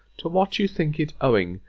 to what you think it owing,